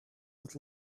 with